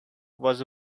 was